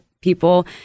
people